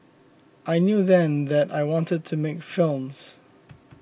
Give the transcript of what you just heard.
I knew then that I wanted to make films